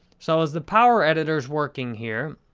so, as the power editor's working here,